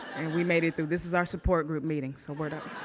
and we made it through. this is our support group meeting. so but